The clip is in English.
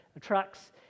trucks